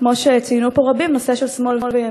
כמו שציינו פה רבים, נושא של שמאל וימין.